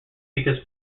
because